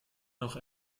noch